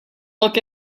look